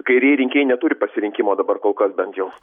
kairieji rinkėjai neturi pasirinkimo dabar kol kas bent jau